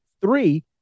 three